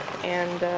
and